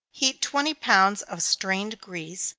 heat twenty pounds of strained grease,